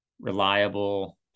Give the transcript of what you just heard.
reliable